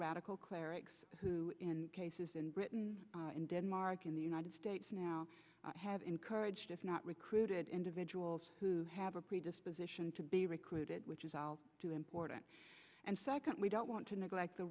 radical clerics who in cases in britain in denmark in the united states now have encouraged if not recruited individuals who have a predisposition to be recruited which is all too important and second we don't want to neglect the